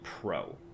pro